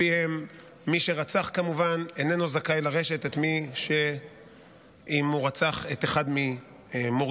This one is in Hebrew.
מי שרצח כמובן איננו זכאי לרשת אם הוא רצח את אחד ממורישיו,